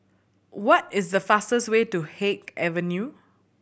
what is the fastest way to Haig Avenue